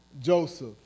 Joseph